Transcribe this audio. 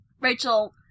rachel